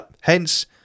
Hence